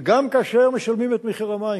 וגם כאשר משלמים את מחיר המים,